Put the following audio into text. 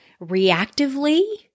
reactively